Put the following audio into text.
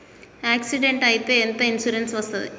Accident అయితే ఎంత insurance వస్తది?